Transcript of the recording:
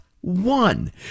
one